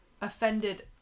offended